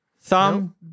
Thumb